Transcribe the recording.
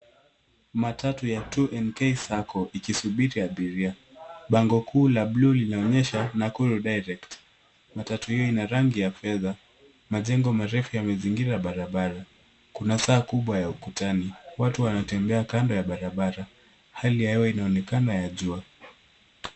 Matatu ya 2Nk sacco ikisubiri abiria. Bango kuu la bluu linaonyesha Nakuru direct. Matatu hii ina rangi ya fedha. Majengo marefu yamezingira barabara. Kuna saa kubwa ya ukutani. Watu wanatembea kando ya barabara. Hali ya hewa inaonekana ya jua.